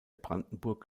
brandenburg